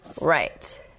right